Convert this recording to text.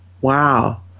wow